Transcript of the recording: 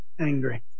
angry